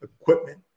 equipment